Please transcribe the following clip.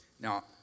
Now